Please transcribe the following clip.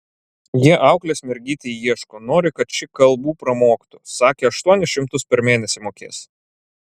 jie auklės mergytei ieško nori kad ši kalbų pramoktų sakė aštuonis šimtus per mėnesį mokės